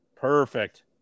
Perfect